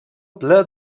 ple